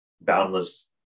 boundless